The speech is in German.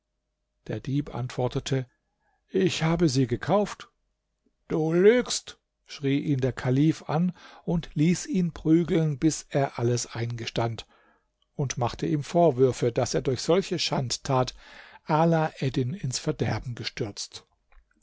der dieb antwortete ich habe sie gekauft du lügst schrie ihn der kalif an und ließ ihn prügeln bis er alles eingestand und machte ihm vorwürfe daß er durch solche schandtat ala eddin ins verderben gestürzt